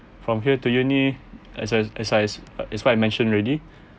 from here to uni as I as I uh as what I mentioned already